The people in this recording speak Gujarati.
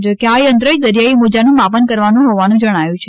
જો કે આ યંત્ર દરિયાઇ મોજાનું માપન કરવાનું હોવાનું જણાયું છે